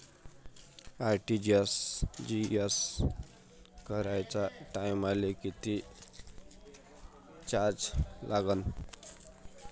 RTGS कराच्या टायमाले किती चार्ज लागन?